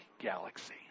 galaxy